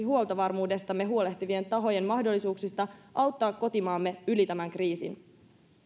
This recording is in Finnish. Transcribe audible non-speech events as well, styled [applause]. [unintelligible] huoltovarmuudestamme huolehtivien tahojen mahdollisuuksista auttaa kotimaamme yli tämän kriisin